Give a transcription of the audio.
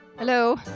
Hello